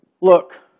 Look